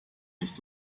nicht